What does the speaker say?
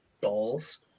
balls